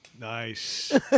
Nice